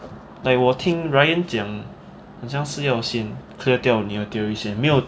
like 我听 ryan 讲很像是要先 clear 掉你的 theory 先没有